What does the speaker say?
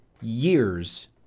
Years